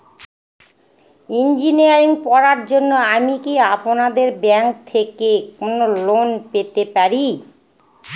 Engineering পড়ার জন্য আমি কি আপনাদের ব্যাঙ্ক থেকে কোন লোন পেতে পারি?